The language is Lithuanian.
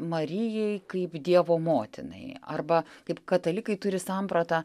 marijai kaip dievo motinai arba kaip katalikai turi sampratą